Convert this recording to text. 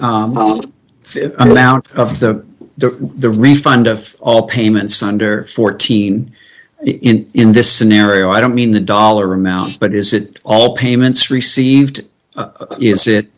amount of the the the refund of all payments under fourteen in in this scenario i don't mean the dollar amount but is it all payments received is it